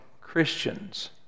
Christians